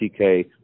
TK